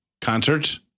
concert